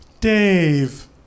Dave